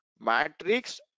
matrix